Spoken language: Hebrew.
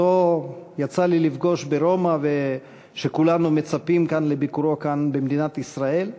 שיצא לי לפגוש אותו ברומא ושכולנו מצפים לביקורו כאן במדינת ישראל,